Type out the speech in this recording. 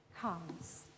comes